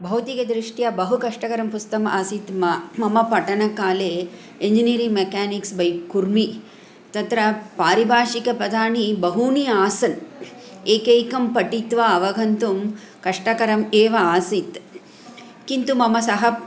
भौतिकदृष्ट्या बहु कष्टकरं पुस्तम् आसीत् म मम पठनकाले इञ्जिनियरिङ्ग् मेकानिक्स् बै कुर्मि तत्र पारिभाषिक पदानि बहूनि आसन् एकैकं पठित्वा अवगन्तुं कष्टकरम् एव आसीत् किन्तु मम सह